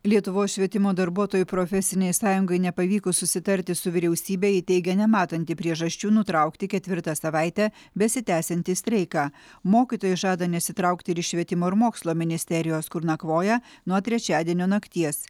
lietuvos švietimo darbuotojų profesinei sąjungai nepavykus susitarti su vyriausybe ji teigia nematanti priežasčių nutraukti ketvirtą savaitę besitęsiantį streiką mokytojai žada nesitraukti ir iš švietimo ir mokslo ministerijos kur nakvoja nuo trečiadienio nakties